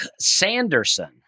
Sanderson